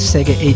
Sega